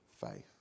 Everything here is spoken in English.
faith